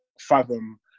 fathom